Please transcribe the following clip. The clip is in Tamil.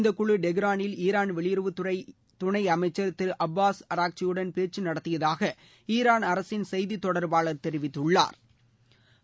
இந்த குழு டெஹ்ராளில் ஈரான் வெளியுறவுத்துறை துணை அமைச்சர் திரு அப்பாஸ் அராக்ச்சியுடன் பேச்சு நடத்தியதாக ஈராள் அரசின் செய்தித் தொடர்பாளர் திரு பஹ்ராம் கஸேமி கூறினார்